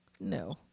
No